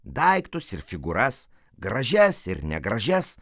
daiktus ir figūras gražias ir negražias